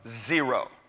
Zero